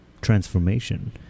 transformation